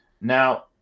Now